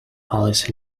alice